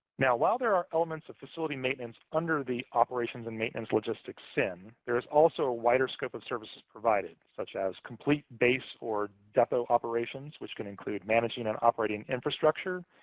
now, while there are elements of facility maintenance under the operations and maintenance logistics sin, there is also a wider scope of services provided, such as complete base or depo operations, which can include managing and operating infrastructure,